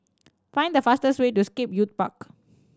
find the fastest way to Scape Youth Park